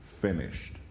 Finished